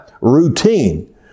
routine